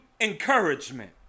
encouragement